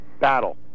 battle